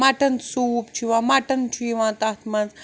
mutton soup چھُ یِوان mutton چھُ یِوان تَتھ منٛز